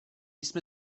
jsem